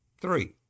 Three